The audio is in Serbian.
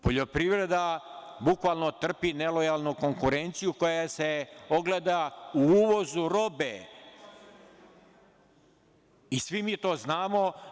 Poljoprivreda bukvalno trpi nelojalnu konkurenciju koja se ogleda u uvozu robe i svi mi to znamo.